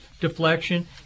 deflection